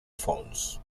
phones